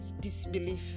disbelief